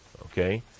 Okay